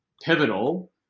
pivotal